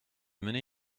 mener